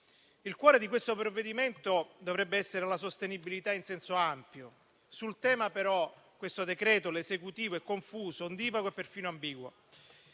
Il cuore di questo provvedimento dovrebbe essere la sostenibilità in senso ampio. Sul tema, però, in questo decreto, l'Esecutivo è confuso, ondivago e perfino ambiguo.